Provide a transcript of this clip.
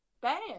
bam